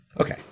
Okay